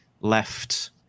left